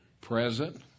present